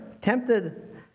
tempted